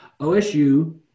OSU